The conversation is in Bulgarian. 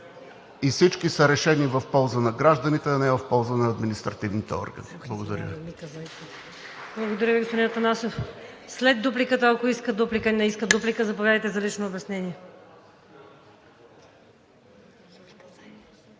и всички са решени в полза на гражданите, а не в полза на административните органи. Благодаря